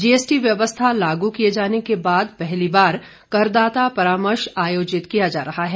GST व्यवस्था लागू किये जाने के बाद पहली बार करदाता परामर्श आयोजित किया जा रहा है